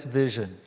vision